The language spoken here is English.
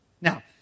Now